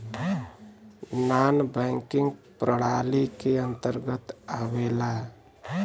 नानॅ banking प्रणाली के अंतर्गत आवेला